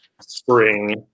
spring